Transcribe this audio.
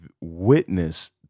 witness